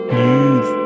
news